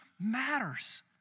matters